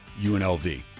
UNLV